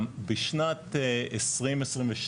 בשנת 2022,